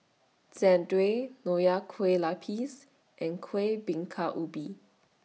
Jian Dui Nonya Kueh Lapis and Kueh Bingka Ubi